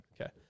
Okay